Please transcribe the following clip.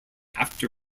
after